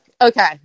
okay